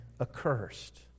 accursed